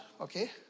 okay